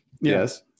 Yes